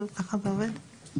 ככה זה עובד?